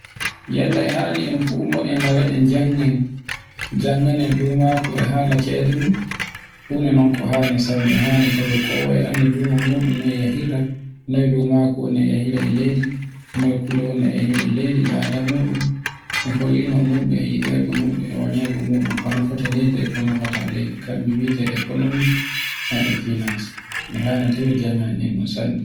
Yalla e hani en fu ummoɗen ndoroden janngen, janngnen lumaako e hala cede huna non ko hani tawe ko hani sanne e hani tawe, a hani sane anne kowa e anndi lumo muɗum e yehirta, noy lumako e tawa e yehirta leydi Adamu e hoyrima muɗum e yiɗego e nfafomuɗun e ko nofata leydi. kanju wiete economic e finance e hani taye di janngan.